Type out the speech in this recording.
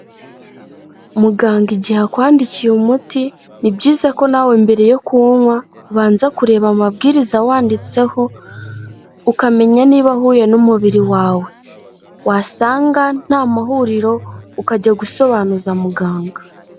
Muganga igihe akwandikiye umuti ni byiza ko nawe mbere yo kuwunywa ubanza kureba amabwiriza awanditseho ukamenya niba uhuye n'umubiri wawe, wasanga nta mahuriro ukajya gusobanuza muganga.